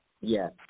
Yes